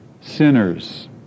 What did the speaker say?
sinners